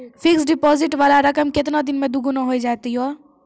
Fixed deposit वाला रकम केतना दिन मे दुगूना हो जाएत यो?